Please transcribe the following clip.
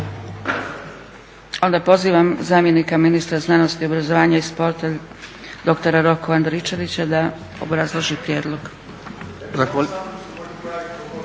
Onda pozivam zamjenika ministra znanosti, obrazovanja i sporta doktora Roka Andričevića da obrazloži prijedlog.